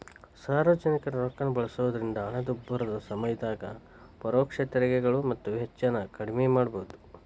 ಸಾರ್ವಜನಿಕರ ರೊಕ್ಕಾನ ಬಳಸೋದ್ರಿಂದ ಹಣದುಬ್ಬರದ ಸಮಯದಾಗ ಪರೋಕ್ಷ ತೆರಿಗೆಗಳು ಮತ್ತ ವೆಚ್ಚನ ಕಡ್ಮಿ ಮಾಡಬೋದು